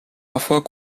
parfois